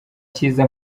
cyiza